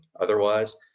otherwise